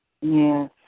yes